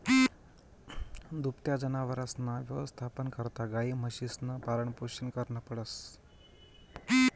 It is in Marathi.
दुभत्या जनावरसना यवस्थापना करता गायी, म्हशीसनं पालनपोषण करनं पडस